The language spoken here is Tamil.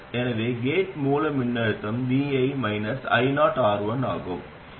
எனவே கேட் மூல மின்னழுத்தம் vi -ioR1 ஆகும்